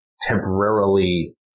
temporarily